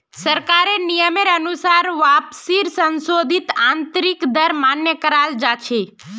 सरकारेर नियमेर अनुसार वापसीर संशोधित आंतरिक दर मान्य कराल जा छे